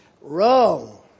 wrong